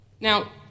Now